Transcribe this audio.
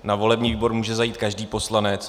Na volební výbor může zajít každý poslanec.